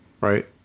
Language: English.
right